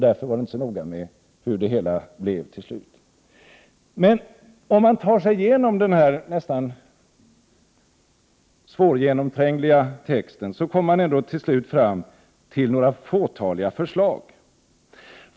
Därför är det inte så noga med hur det blev till slut. Den som ändå tar sig igenom denna svårgenomträngliga text, kommer trots allt till slut fram till några fåtaliga förslag.